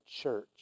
church